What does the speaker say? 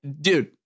dude